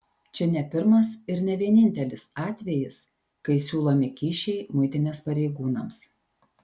čia ne pirmas ir ne vienintelis atvejis kai siūlomi kyšiai muitinės pareigūnams